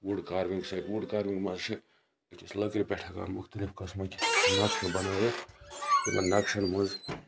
wood carving سۭتۍ wood carving مَنٛز چھُ یُس أسۍ لٔکرِ پٮ۪ٹھ ہیٚکان مُختلِف قٕسمکۍ بَنٲیِتھ یِمَن نَقشَن مَنٛز